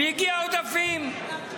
והגיעו עודפים.